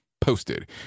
posted